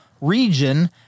region